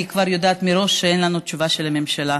כבר יודעת מראש שאין לנו תשובה של הממשלה,